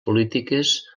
polítiques